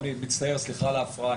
סליחה על ההפרעה,